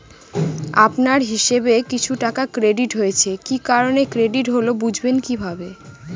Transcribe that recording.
আপনার হিসাব এ কিছু টাকা ক্রেডিট হয়েছে কি কারণে ক্রেডিট হল বুঝবেন কিভাবে?